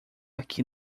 aqui